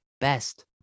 best